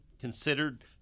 considered